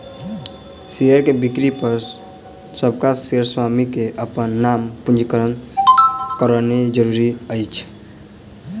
share के बिक्री पर नबका शेयर स्वामी के अपन नाम पंजीकृत करौनाइ जरूरी अछि